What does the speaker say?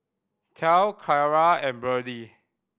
Tal Kyara and Berdie